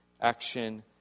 action